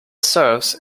serves